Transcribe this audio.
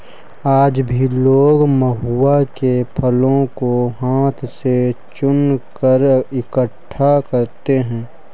आज भी लोग महुआ के फलों को हाथ से चुनकर इकठ्ठा करते हैं